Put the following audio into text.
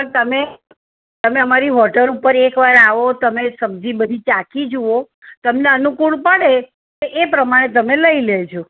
પણ તમે તમે અમારી હોટલ ઉપર એક વાર આવો તમે સબ્જી બધી ચાખી જુઓ તમને અનુકૂળ પડે તો એ પ્રમાણે તમે લઈ લેજો